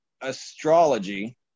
astrology